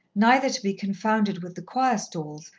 neither to be confounded with the choir-stalls,